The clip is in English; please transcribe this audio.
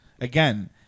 again